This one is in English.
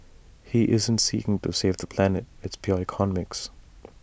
he isn't seeking to save the planet it's pure economics